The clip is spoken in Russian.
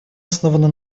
основана